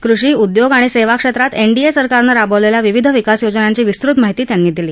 कृषी उद्योग आणि सेवा क्षेत्रात एनडीए सरकारनं राबवलेल्या विविध विकास योजनांची विस्तृत माहिती त्यांनी दिली